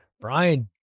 Brian